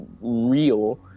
real